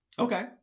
Okay